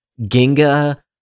Ginga